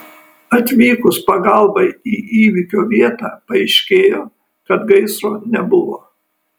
atvykus pagalbai į įvykio vietą paaiškėjo kad gaisro nebuvo